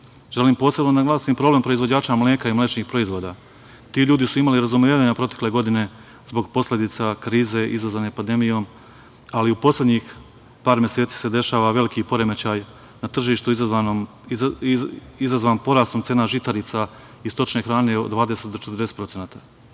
posebno da naglasim problem proizvođača mleka i mlečnih proizvoda. Ti ljudi su imali razumevanja protekle godine zbog posledica krize izazvane pandemijom, ali u poslednjih par meseci se dešava veliki poremećaj na tržištu izazvan porastom cena žitarica i stočne hrane od 20 do 40%.